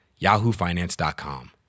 yahoofinance.com